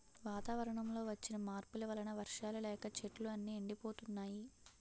వాతావరణంలో వచ్చిన మార్పుల వలన వర్షాలు లేక చెట్లు అన్నీ ఎండిపోతున్నాయి